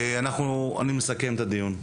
אני מסכם את הדיון.